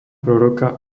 proroka